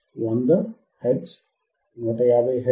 100 hertz 150 hertz